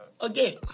again